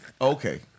Okay